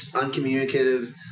uncommunicative